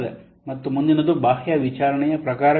ಮತ್ತು ಮುಂದಿನದು ಬಾಹ್ಯ ವಿಚಾರಣೆಯ ಪ್ರಕಾರಗಳು